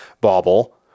Bobble